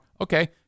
Okay